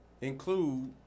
Include